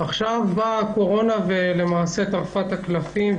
עכשיו באה הקורונה וטרפה את הקלפים.